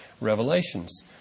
revelations